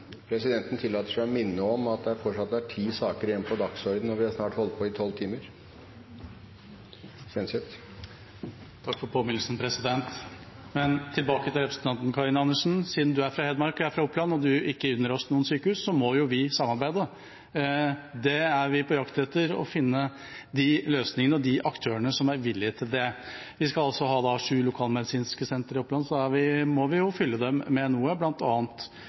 Presidenten tillater seg å minne om at det fortsatt er ti saker igjen på dagsordenen, og vi har snart holdt på i tolv timer. Takk for påminnelsen. Tilbake til representanten Karin Andersen. Siden du er fra Hedmark og jeg fra Oppland, og du ikke unner oss noen sykehus, må jo vi samarbeide. Vi er på jakt etter å finne løsninger og de aktørene som er villig til det. Vi skal ha sju lokalmedisinske sentre i Oppland, og vi må fylle dem med noe,